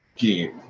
game